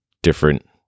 different